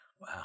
Wow